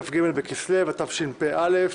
כ"ג בכסלו התשפ"א,